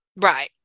right